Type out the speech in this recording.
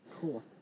Cool